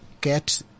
get